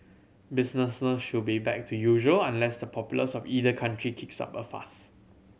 business should be back to usual unless the populace of either country kicks up a fuss